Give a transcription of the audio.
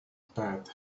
path